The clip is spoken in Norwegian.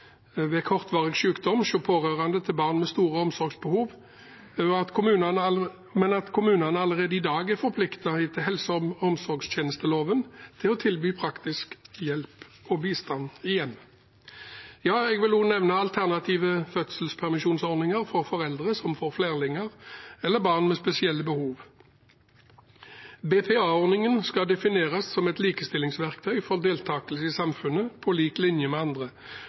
ved kortvarig sykdom hos pårørende til barn med store omsorgsbehov. Kommunene er allerede i dag, etter helse- og omsorgstjenesteloven, forpliktet til å tilby praktisk hjelp og bistand i hjemmet. Jeg vil også nevne alternative fødselspermisjonsordninger for foreldre som får flerlinger eller barn med spesielle behov. BPA-ordningen skal defineres som et likestillingsverktøy for deltakelse i samfunnet på lik linje med andre,